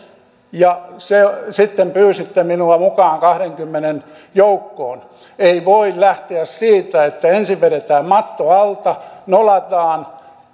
ja sitten pyysitte minua mukaan kahdenkymmenen joukkoon ei voi lähteä siitä että ensin vedetään matto alta nolataan